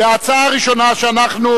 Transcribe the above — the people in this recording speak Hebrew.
ההצעה הראשונה שאנחנו